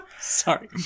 sorry